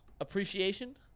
Appreciation